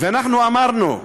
אנחנו אמרנו,